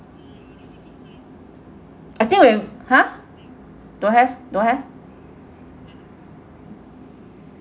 I think when !huh! don't have don't have